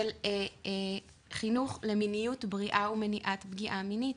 של חינוך למיניות בריאה ומניעת פגיעה מינית.